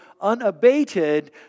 unabated